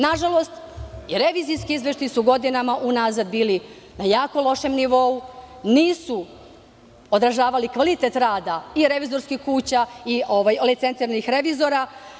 Nažalost, revizijski izveštaji su godinama unazad bili na jako lošem nivou, nisu odražavali kvalitet rada i revizorskih kuća i licenciranih revizora.